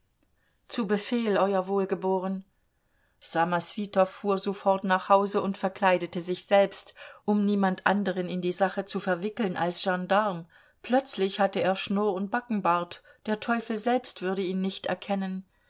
zu befehl euer wohlgeboren ssamoswitow fuhr sofort nach hause und verkleidete sich selbst um niemand anderen in die sache zu verwickeln als gendarm plötzlich hatte er schnurr und backenbart der teufel selbst würde ihn nicht erkennen